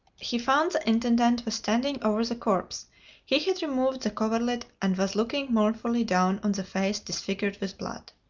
he found the intendant was standing over the corpse he had removed the coverlid, and was looking mournfully down on the face disfigured with blood.